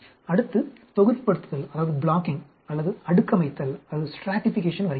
அடுத்து தொகுதிப்படுத்துதல் அல்லது அடுக்கமைத்தல் வருகிறது